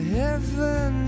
heaven